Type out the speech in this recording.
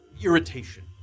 irritation